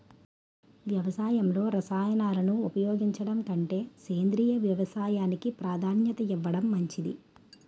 వ్యవసాయంలో రసాయనాలను ఉపయోగించడం కంటే సేంద్రియ వ్యవసాయానికి ప్రాధాన్యత ఇవ్వడం మంచిది